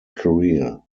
career